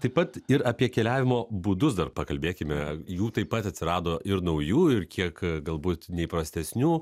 taip pat ir apie keliavimo būdus dar pakalbėkime jų taip pat atsirado ir naujų ir kiek galbūt neįprastesnių